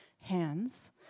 hands